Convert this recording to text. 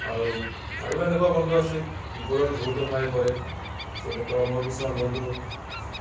আৰু আৰু এনেকুৱা বন্ধু আছে বিপদত বহুতো সহায় কৰে যেনেকুৱা মোৰ কিছুমান বন্ধু